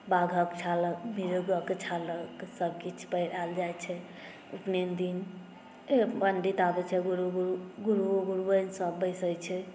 बाघक छाल मृगक छाल सभकिछु पहिरायल जाइत छै उपनयन दिन पण्डित आबैत छै गुरु गुरुआइनसभ बैसैत छै